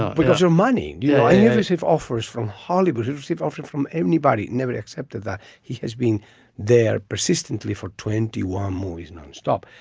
but does your money. you know i yeah receive offers from hollywood who receive offer from anybody. never accepted that he has been there persistently for twenty one movies non-stop.